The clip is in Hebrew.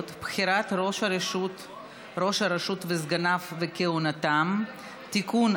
(בחירת ראש הרשות וסגניו וכהונתם) (תיקון,